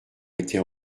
était